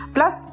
Plus